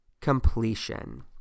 completion